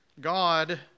God